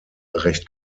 recht